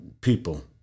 people